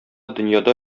дөньяда